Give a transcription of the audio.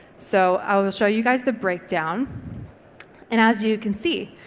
so i will show you guys the breakdown and as you can see,